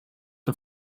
der